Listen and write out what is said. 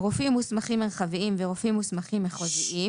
רופאים מוסמכים מרחביים ורופאים מוסמכים מחוזיים,